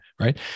right